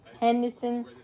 Henderson